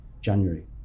January